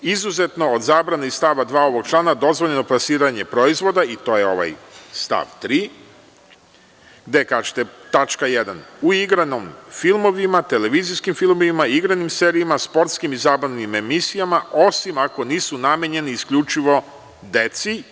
Izuzetno od zabrane iz stava 2. ovog člana dozvoljeno je plasiranje proizvoda: 1) u igranim filmovima, televizijskim filmovima, igranim serijama, sportskim i zabavnim emisijama, osim ako nisu namenjeni isključivo deci.